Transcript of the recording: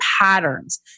patterns